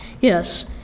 Yes